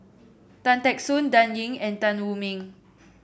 Tan Teck Soon Dan Ying and Tan Wu Meng